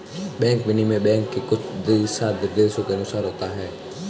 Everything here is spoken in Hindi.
बैंक विनिमय बैंक के कुछ दिशानिर्देशों के अनुसार होता है